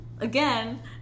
Again